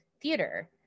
theater